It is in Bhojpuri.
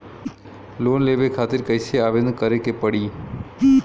लोन लेवे खातिर कइसे आवेदन करें के पड़ी?